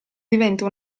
diventa